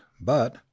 but—